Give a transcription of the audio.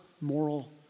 moral